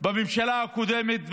בממשלה הקודמת,